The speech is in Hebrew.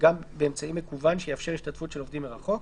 גם באמצעי מקוון שיאפשר השתתפות של עובדים מרחוק."